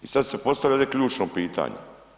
I sad se postavlja ovdje ključno pitanje.